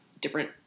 different